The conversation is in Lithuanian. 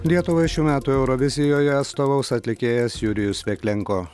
lietuvą šių metų eurovizijoje atstovaus atlikėjas jurijus veklenko